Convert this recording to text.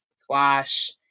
squash